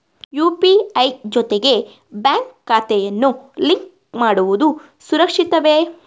UPI ಜೊತೆಗೆ bank ಖಾತೆಯನ್ನು link ಮಾಡುವುದು ಸುರಕ್ಷಿತವೇ?